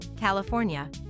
California